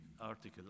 article